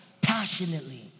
passionately